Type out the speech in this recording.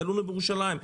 תלונו בירושלים",